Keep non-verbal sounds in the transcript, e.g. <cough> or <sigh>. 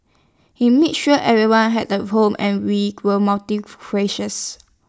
he made sure everyone had A home and we <unintelligible> were multi <unintelligible>